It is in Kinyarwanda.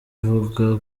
ivuga